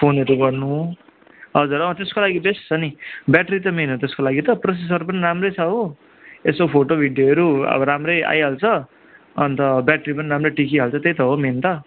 फोनहरू गर्नु हजुर त्यसको लागि बेस्ट छ नि ब्याट्री त मेन हो त्यसको लागि त प्रोसेसर पनि राम्रो छ हो यसो फोटो भिडियोहरू अब राम्रो आइहाल्छ अन्त ब्याट्री पनि राम्रो टिकिहाल्छ त्यही त हो मेन त